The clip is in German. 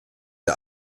der